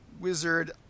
wizard